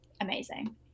amazing